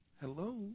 Hello